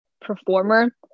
performer